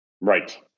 right